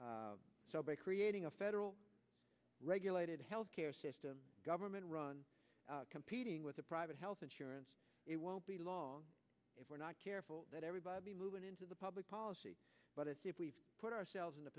by creating a federal regulated health care system government run competing with a private health insurance it won't be long if we're not careful that everybody moving into the public policy but it's if we put ourselves in the